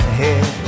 head